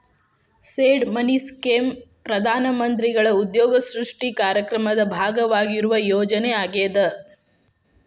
seed money scheme ಪ್ರಧಾನ ಮಂತ್ರಿಗಳ ಉದ್ಯೋಗ ಸೃಷ್ಟಿ ಕಾರ್ಯಕ್ರಮದ ಭಾಗವಾಗಿರುವ ಯೋಜನೆ ಆಗ್ಯಾದ